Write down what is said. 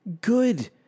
Good